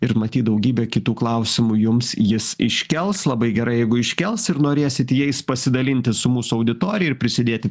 ir matyt daugybę kitų klausimų jums jis iškels labai gerai jeigu iškels ir norėsit jais pasidalinti su mūsų auditorija ir prisidėti